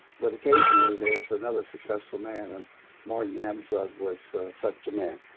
but occasionally, there is another successful man. and martin abzug was such a man.